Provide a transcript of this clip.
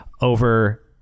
over